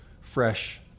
fresh